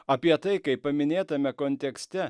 apie tai kaip paminėtame kontekste